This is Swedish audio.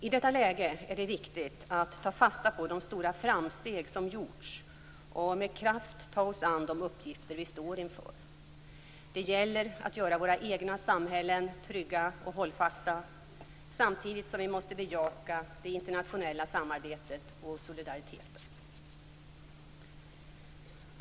I detta läge är det viktigt att ta fasta på de stora framsteg som gjorts och med kraft ta oss an de uppgifter vi står inför. Det gäller att göra våra egna samhällen trygga och hållfasta, samtidigt som vi måste bejaka det internationella samarbetet och solidariteten.